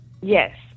yes